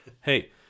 Hey